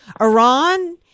Iran